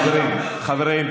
חברים,